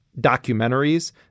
documentaries